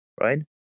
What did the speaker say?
right